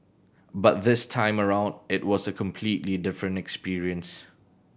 but this time around it was a completely different experience